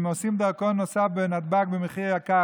הם עשו דרכון נוסף בנתב"ג במחיר יקר,